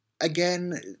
Again